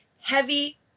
heavy